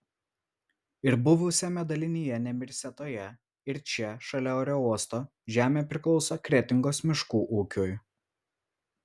ir buvusiame dalinyje nemirsetoje ir čia šalia aerouosto žemė priklauso kretingos miškų ūkiui